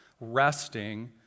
resting